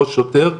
לא שוטר,